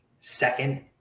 second